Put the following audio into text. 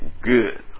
good